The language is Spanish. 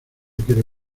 quiere